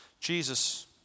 Jesus